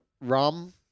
rum